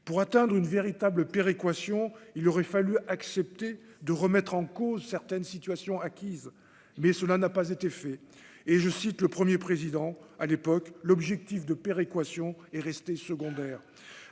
pour atteindre une véritable péréquation, il aurait fallu accepter de remettre en cause certaines situations acquises, mais cela n'a pas été fait et je cite le 1er président à l'époque, l'objectif de péréquation est resté secondaire